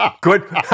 Good